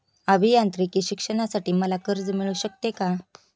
अभियांत्रिकी शिक्षणासाठी मला कर्ज मिळू शकते का?